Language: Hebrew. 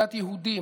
מנדט יהודי,